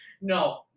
no